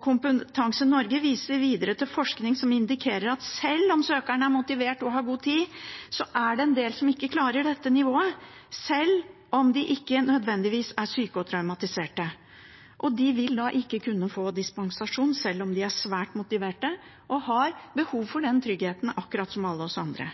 Kompetanse Norge viser videre til forskning som indikerer at selv om søkeren er motivert og har god tid, er det en del som ikke klarer dette nivået, selv om de ikke nødvendigvis er syke og traumatiserte. Og de vil da ikke kunne få dispensasjon, selv om de er svært motiverte og har behov for den tryggheten, akkurat som alle oss andre.